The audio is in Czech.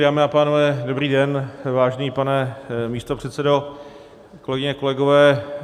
Dámy a pánové, dobrý den, vážený pane místopředsedo, kolegyně, kolegové.